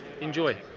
Enjoy